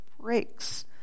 breaks